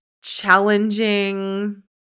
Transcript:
challenging